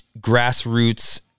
grassroots